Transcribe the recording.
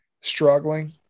struggling